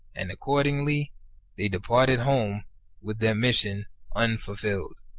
and accordingly they departed home with their mission unfulfilled.